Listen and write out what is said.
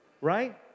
right